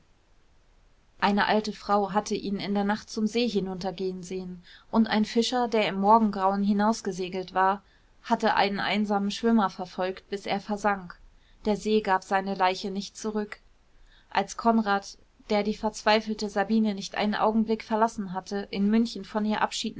eine alte frau hatte ihn in der nacht zum see hinuntergehen sehen und ein fischer der im morgengrauen hinausgesegelt war hatte einen einsamen schwimmer verfolgt bis er versank der see gab seine leiche nicht zurück als konrad der die verzweifelnde sabine nicht einen augenblick verlassen hatte in münchen von ihr abschied